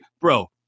bro